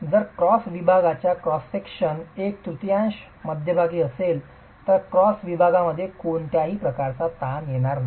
जर क्रॉस विभागाच्या एक तृतीयांश मध्यभागी असेल तर क्रॉस विभागा मध्ये कोणत्याही प्रकारचा ताण येत नाही